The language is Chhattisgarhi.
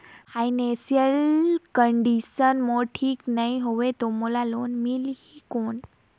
फाइनेंशियल कंडिशन मोर ठीक नी हवे तो मोला लोन मिल ही कौन??